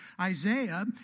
Isaiah